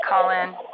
Colin